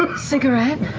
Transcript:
ah cigarette?